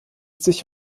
sich